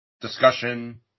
discussion